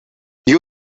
you